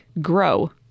grow